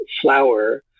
flower